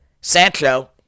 Sancho